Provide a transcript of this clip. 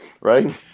right